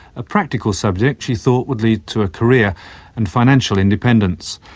a practical subject she thought would lead to a career and financial independence.